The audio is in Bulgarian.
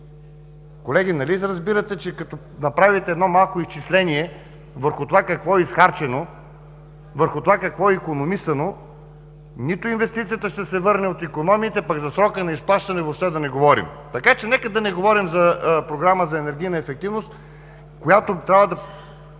Колеги, нали разбирате, че като направите едно малко изчисление върху това какво е изхарчено, върху това какво е икономисано, нито инвестицията ще се върне от икономиите, пък за срока на изплащане въобще да не говорим. Така че нека да не говорим за Програма за енергийна ефективност, за която сега в